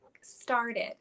started